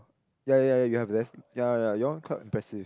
ya ya ya you have less ya ya ya your one quite impressive